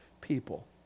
people